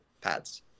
pads